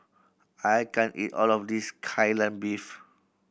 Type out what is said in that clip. I can't eat all of this Kai Lan Beef